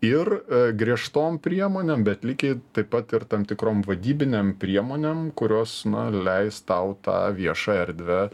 ir griežtom priemonėm bet lygiai taip pat ir tam tikrom vadybinėm priemonėm kurios na leis tau tą viešą erdvę